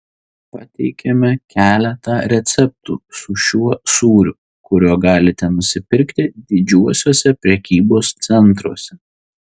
pateikiame keletą receptų su šiuo sūriu kurio galite nusipirkti didžiuosiuose prekybos centruose